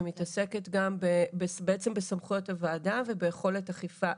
שמתעסקת גם בעצם בסמכויות הוועדה וביכולת אכיפה,